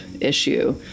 issue